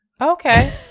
Okay